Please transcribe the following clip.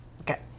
Okay